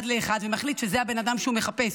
לאחד ומחליט שזה הבן-אדם שהוא מחפש.